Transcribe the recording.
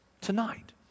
Tonight